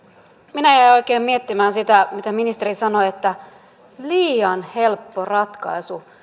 minä jäin oikein miettimään sitä mitä ministeri sanoi liian helppo ratkaisu